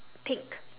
pink